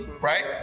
right